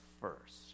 first